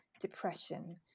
depression